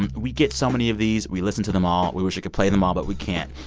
and we get so many of these. we listen to them all. we wish we could play them all, but we can't.